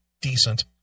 decent